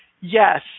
Yes